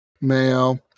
Mayo